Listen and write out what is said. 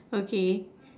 okay